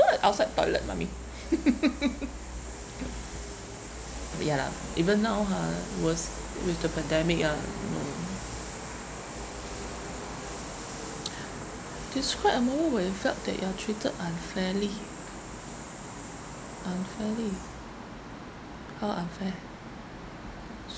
poo at outside toilet mummy ya lah even now ha worse with the pandemic ah mm describe a moment when you felt that you are treated unfairly unfairly how unfair